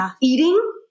eating